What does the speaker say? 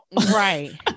Right